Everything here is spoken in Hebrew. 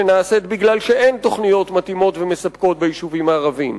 שנעשית בגלל שאין תוכניות מתאימות ומספקות ביישובים הערביים,